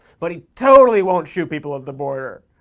but he totally won't shoot people at the border!